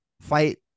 fight